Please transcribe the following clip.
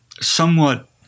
somewhat